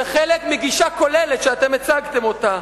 היא חלק מגישה כוללת שאתם הצגתם אותה,